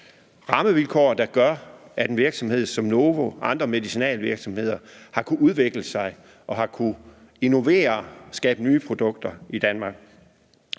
rammevilkår, der gør, at en virksomhed som Novo Nordisk og andre medicinalvirksomheder har kunnet udvikle sig og har kunnet innovere og skabe nye produkter i Danmark.